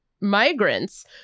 migrants